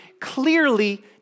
clearly